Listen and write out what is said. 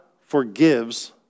forgives